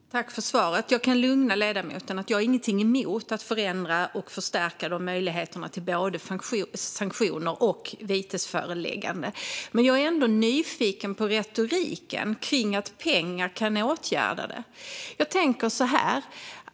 Fru talman! Jag tackar för svaret. Jag kan lugna ledamoten med att jag inte har något emot att förändra och förstärka möjligheterna till sanktioner och vitesförelägganden. Jag är ändå nyfiken på retoriken om att pengar kan åtgärda problemen.